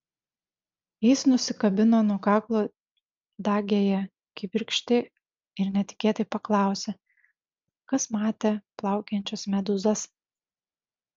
jis nusikabino nuo kaklo dagiąją kibirkštį ir netikėtai paklausė kas matė plaukiančias medūzas